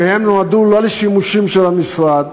והם נועדו לא לשימושים של המשרד,